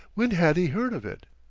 when had he heard of it?